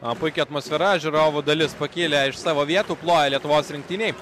o puiki atmosfera žiūrovų dalis pakilę iš savo vietų ploja lietuvos rinktinei